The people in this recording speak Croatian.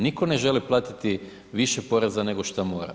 Nitko ne želi platiti više poreza nego što mora.